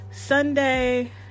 Sunday